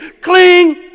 cling